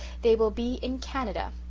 they will be in canada.